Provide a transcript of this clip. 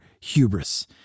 hubris